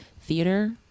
theater